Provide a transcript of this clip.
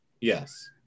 yes